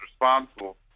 responsible